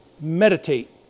Meditate